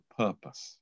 purpose